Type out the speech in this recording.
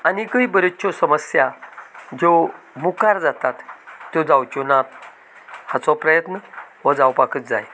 आनीकय बऱ्योचश्यो समस्या ज्यो मुखार जातात त्यो जावंच्यो नात हाचो प्रयत्न हो जावपाकच जाय